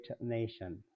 nation